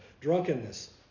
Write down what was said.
Drunkenness